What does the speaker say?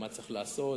ומה צריך לעשות.